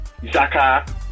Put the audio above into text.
Zaka